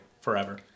forever